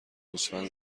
گوسفند